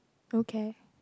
okay